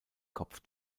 kopf